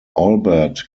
albert